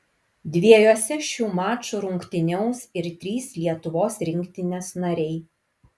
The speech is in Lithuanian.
dviejuose šių mačų rungtyniaus ir trys lietuvos rinktinės nariai